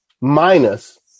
Minus